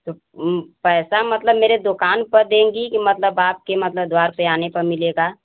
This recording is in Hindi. ऊं पैसा मतलब मेरे दुकान पर देंगी की मतलब आपके मतलब घर पर आने पर मिलेगा